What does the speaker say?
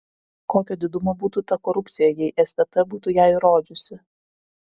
kokio didumo būtų ta korupcija jei stt būtų ją įrodžiusi